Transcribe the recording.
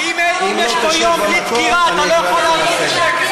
הכנסת: הצעת חוק המועצה הארצית לביטחון תזונתי (תיקון,